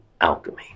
alchemy